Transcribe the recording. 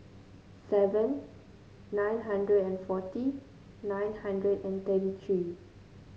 seven nine hundred and forty nine hundred and thirty three